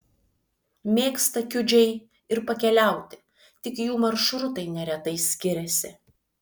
mėgsta kiudžiai ir pakeliauti tik jų maršrutai neretai skiriasi